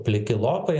pliki lopai